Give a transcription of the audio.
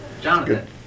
Jonathan